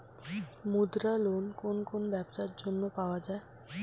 মুদ্রা লোন কোন কোন ব্যবসার জন্য পাওয়া যাবে?